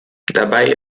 dabei